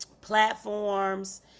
platforms